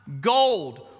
gold